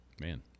Man